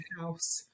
house